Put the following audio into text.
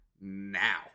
now